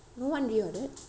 no one reordered